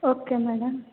okay madam